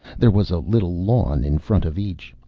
there was a little lawn in front of each.